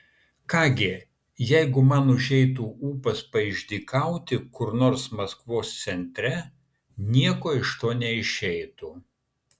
ką gi jeigu man užeitų ūpas paišdykauti kur nors maskvos centre nieko iš to neišeitų